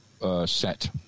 Set